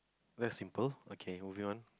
that's simple okay moving on